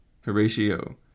Horatio